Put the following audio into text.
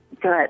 good